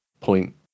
point